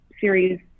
series